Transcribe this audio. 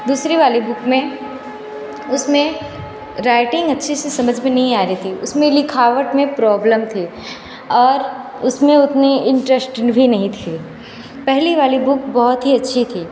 दूसरी वाली बुक में उसमें राइटिंग अच्छे से समझ में नहीं आ रही थी उसमें लिखावट में प्रॉब्लम थी और उसमें इतनी इंटरेष्ट भी नहीं थी पहली वाली बुक बहुत ही अच्छी थी